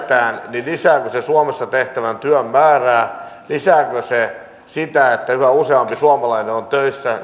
niin lisääkö se suomessa tehtävän työn määrää lisääkö se sitä että yhä useampi suomalainen on töissä